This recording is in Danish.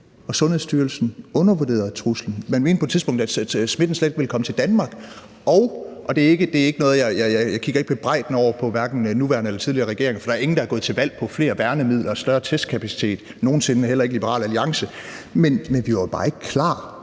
Sundhedsstyrelsen undervurderede truslen. Man mente på et tidspunkt, at smitten slet ikke ville komme til Danmark. Jeg kigger ikke bebrejdende over på hverken den nuværende eller tidligere regeringer, for der er ingen, der nogen sinde er gået til valg på flere værnemidler og større testkapacitet – heller ikke Liberal Alliance – men vi var jo bare ikke klar